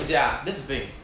ya that's the thing